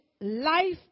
life